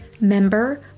member